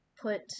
put